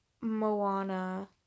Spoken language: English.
Moana